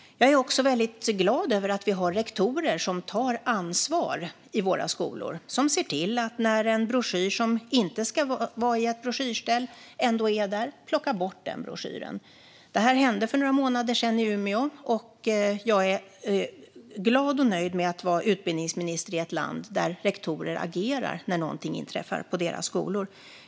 Jag är också glad över att vi har rektorer som tar ansvar för sina skolor och till exempel plockar bort en broschyr som inte hör hemma där. Detta hände för några månader sedan i Umeå, och jag är glad och nöjd över att vara utbildningsminister i ett land där rektorer agerar när något inträffar på deras skolor.